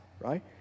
right